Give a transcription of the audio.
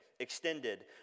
Extended